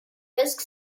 risk